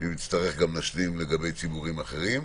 ונצטרך להשלים גם לגבי ציבורים אחרים.